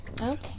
Okay